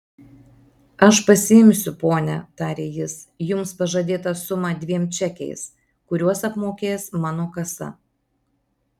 aš pasiimsiu ponia tarė jis jums pažadėtą sumą dviem čekiais kuriuos apmokės mano kasa